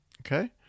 okay